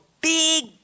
big